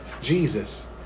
Jesus